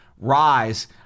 rise